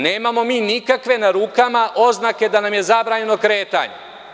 Nemamo mi nikakve na rukama oznake da nam je zabranjeno kretanje.